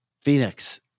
Phoenix